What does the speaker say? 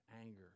anger